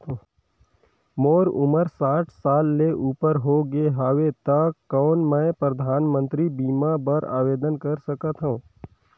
मोर उमर साठ साल ले उपर हो गे हवय त कौन मैं परधानमंतरी बीमा बर आवेदन कर सकथव?